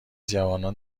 جوانان